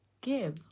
Give